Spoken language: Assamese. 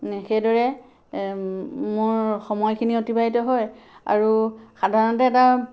সেইদৰে মোৰ সময়খিনি অতিবাহিত হয় আৰু সাধাৰণতে এটা